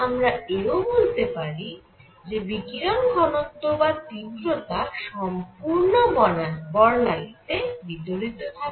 আমরা এও বলতে পারি যে বিকিরণ ঘনত্ব বা তীব্রতা সম্পূর্ণ বর্ণালী তে বিতরিত থাকে